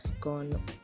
gone